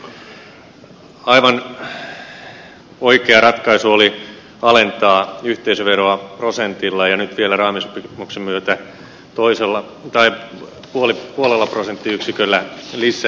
aivan oikea ratkaisu oli alentaa yhteisöveroa prosenttiyksiköllä ja nyt vielä raamisopimuksen myötä puolella prosenttiyksiköllä lisää